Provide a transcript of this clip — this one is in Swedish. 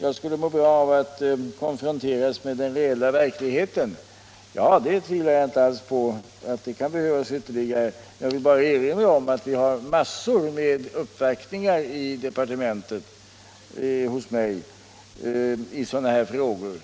jag skulle må bra av att konfronteras med den konkreta verkligheten, och jag tvivlar inte alls på att jag borde göra det mer än jag nu har möjlighet till. Men jag vill erinra om att jag inom mitt departement har massor med uppvaktningar i sådana här ärenden.